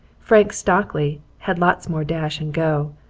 frank stockley had lots more dash and go,